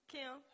Kim